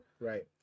right